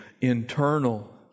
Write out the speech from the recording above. internal